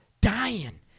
dying